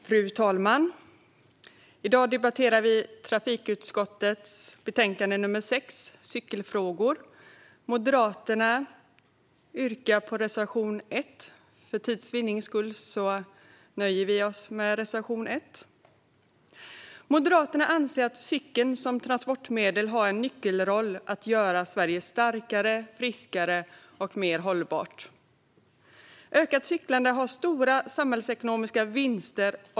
Fru talman! I dag debatterar vi trafikutskottets betänkande nr 6 Cykelfrågor . För tids vinnande nöjer vi moderater oss med att yrka bifall till reservation 1. Moderaterna anser att cykeln som transportmedel har en nyckelroll för att göra Sverige starkare, friskare och mer hållbart. Ökat cyklande ger stora samhällsekonomiska vinster.